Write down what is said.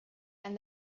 and